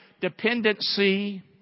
dependency